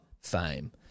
fame